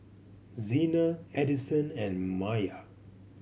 Xena Edison and Maiya